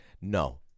No